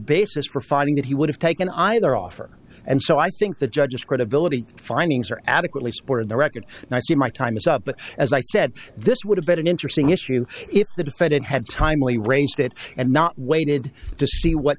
basis for finding that he would have taken either offer and so i think the judge has credibility findings are adequately supported the record and i see my time is up but as i said this would have been an interesting issue if the defendant had timely rains state and not waited to see what